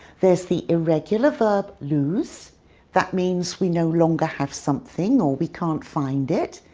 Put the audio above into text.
there's the irregular verb lose that means we no longer have something or we can't find it.